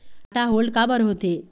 खाता होल्ड काबर होथे?